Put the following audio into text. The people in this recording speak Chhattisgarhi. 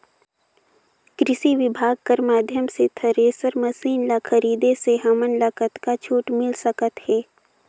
कृषि विभाग कर माध्यम से थरेसर मशीन ला खरीदे से हमन ला कतका छूट मिल सकत हे?